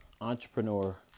entrepreneur